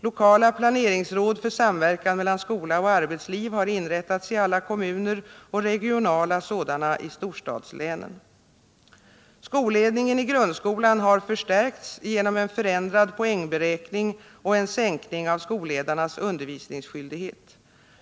Lokala planeringsråd för samverkan mellan skola och arbetsliv har inrättats i alla Skolledningen i grundskolan har förstärkts genom en förändrad poängberäkning och en sänkning av skolledarnas undervisningsskyldighet.